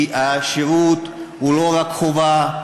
כי השירות הוא לא רק חובה,